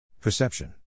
Perception